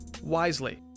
wisely